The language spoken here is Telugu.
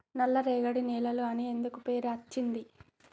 నల్లరేగడి నేలలు అని ఎందుకు పేరు అచ్చింది?